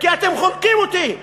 כי אתם חונקים אותי,